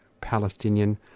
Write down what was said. Palestinian